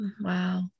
wow